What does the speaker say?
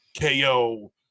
KO